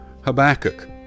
Habakkuk